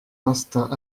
instincts